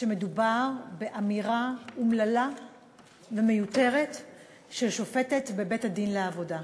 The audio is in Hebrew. שמדובר באמירה אומללה ומיותרת של שופטת בבית-הדין לעבודה.